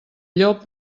llop